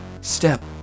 step